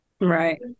right